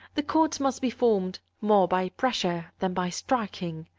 the chords must be formed more by pressure than by striking.